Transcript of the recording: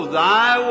thy